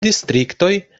distriktoj